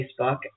Facebook